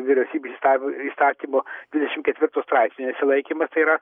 vyriausybės įstav įstatymo dvidešimt ketvirto straipsnio nesilaikymas tai yra